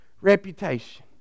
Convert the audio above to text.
reputation